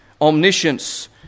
omniscience